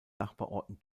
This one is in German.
nachbarorten